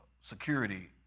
security